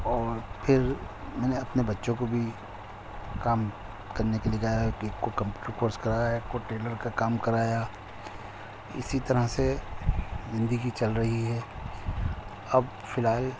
اور پھر میں نے اپنے بچوں کو بھی کام کرنے کے لیے کہا ہے کہ ایک کو کمپیوٹر کورس کرایا ایک کو ٹیلر کا کام کرایا اسی طرح سے زندگی چل رہی ہے اب فی الحال